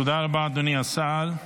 תודה רבה, אדוני השר.